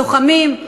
לוחמים,